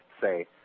say